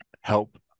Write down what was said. help